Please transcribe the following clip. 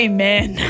Amen